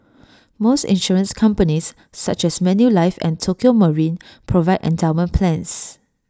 most insurance companies such as Manulife and Tokio marine provide endowment plans